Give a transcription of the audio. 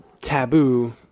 taboo